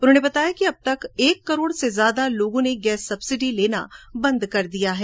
उन्होंने बताया कि अब तक एक करोड़ से ज्यादा लोगों ने गैस सब्सिडी लेना बंद कर दिया है